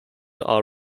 our